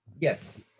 Yes